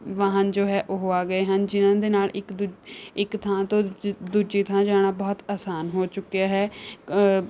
ਵਾਹਨ ਜੋ ਹੈ ਉਹ ਆ ਗਏ ਹਨ ਜਿਨ੍ਹਾਂ ਦੇ ਨਾਲ ਇੱਕ ਦੂਜ ਇੱਕ ਥਾਂ ਤੋਂ ਦੂਜ ਦੂਜੀ ਥਾਂ ਜਾਣਾ ਬਹੁਤ ਆਸਾਨ ਹੋ ਚੁੱਕਿਆ ਹੈ